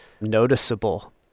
noticeable